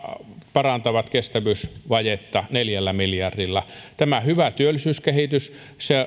parantavat kestävyysvajetta neljällä miljardilla tämä hyvä työllisyyskehitys